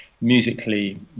musically